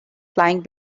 flying